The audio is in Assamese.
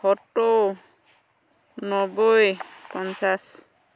সত্তৰ নব্বৈ পঞ্চাছ